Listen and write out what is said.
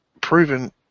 proven